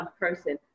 person